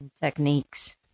techniques